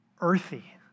earthy